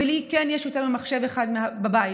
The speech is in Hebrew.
ולי כן יש יותר ממחשב אחד בבית.